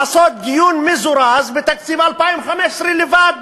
לעשות דיון מזורז בתקציב 2015 לבד